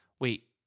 wait